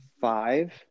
five